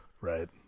Right